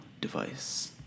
device